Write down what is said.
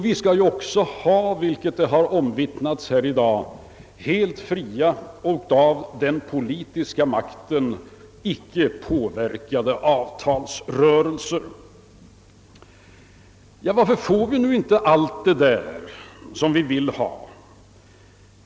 Vi skall också, vilket omvittnats här i dag, ha helt fria och av den politiska makten icke påverkade avtalsrörelser. Varför får vi nu inte allt detta som vi vill ha?